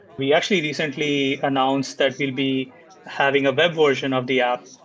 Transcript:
we actually recently announced that we'll be having a web version of the app.